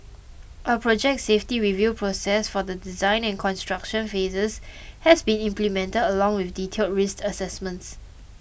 a project safety review process for the design and construction phases has been implemented along with detailed risk assessments